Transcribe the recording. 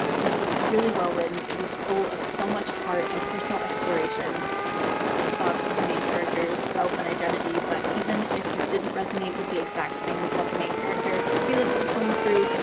this was really well-written. it was full of so much heart and personal exploration of the main character's self and identity. but even if you didn't resonate with the exact things that the main character, felix, was going through,